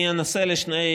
בתקופה,